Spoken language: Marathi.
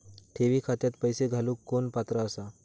ठेवी खात्यात पैसे घालूक कोण पात्र आसा?